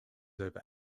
over